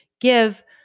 Give